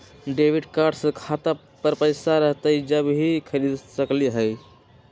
Debit card से खाता पर पैसा रहतई जब ही खरीद सकली ह?